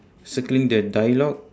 circling the dialogue